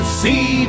see